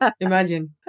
imagine